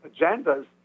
agendas